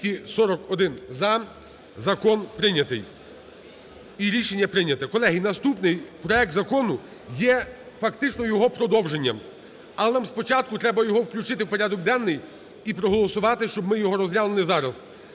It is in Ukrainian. і рішення прийняте. Колеги, наступний проект закону є фактично його продовженням, але нам спочатку треба його включити в порядок денний і проголосувати, щоб ми його розглянули зараз.